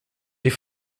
die